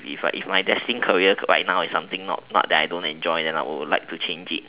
if if my destined career by now is something not not that I don't enjoy then I would like to change it